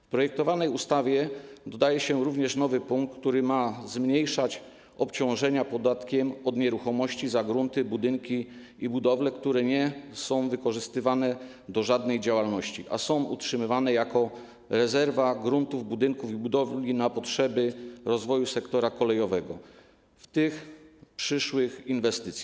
W projektowanej ustawie dodaje się również nowy punkt, który ma zmniejszać obciążenia podatkiem od nieruchomości za grunty, budynki i budowle, które nie są wykorzystywane do żadnej działalności, a są utrzymywane jako rezerwa gruntów, budynków i budowli na potrzeby rozwoju sektora kolejowego, w tym przyszłych inwestycji.